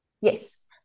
yes